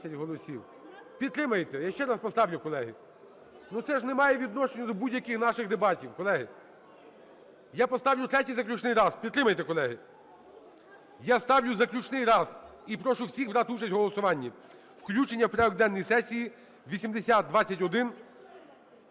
Підтримайте! Я ще раз поставлю, колеги. Ну це ж не має відношення до будь-яких наших дебатів, колеги. Я поставлю третій заключний раз. Підтримайте, колеги. Я ставлю заключний раз і прошу всіх брати участь у голосуванні. Включення в порядок денний сесії 8021,